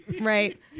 Right